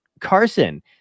Carson